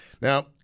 Now